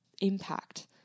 impact